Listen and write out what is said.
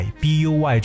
BUY